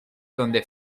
donde